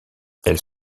elles